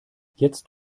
jetzt